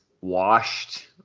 washed